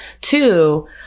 two